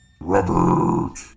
Robert